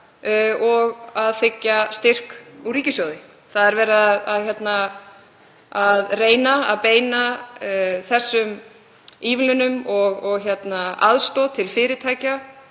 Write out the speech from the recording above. og þiggja styrk úr ríkissjóði. Það er verið að reyna að beina þessum ívilnunum og aðstoð til fyrirtækja